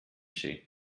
she